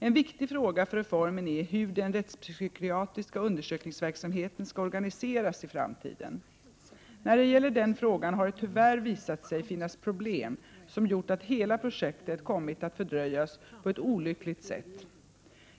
En viktig fråga för reformen är hur den rättspsykiatriska undersökningsverksamheten skall organiseras i framtiden. När det gäller denna fråga har det tyvärr visat sig finnas problem som gjort att hela projektet kommit att fördröjas på ett olyckligt sätt.